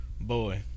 boy